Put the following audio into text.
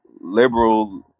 liberal